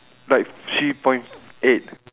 like three point eight